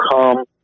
come